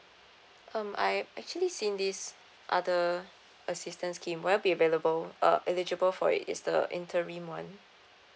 um I actually seen this other assistance scheme will I be available uh eligible for it it's the interim one